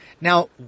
Now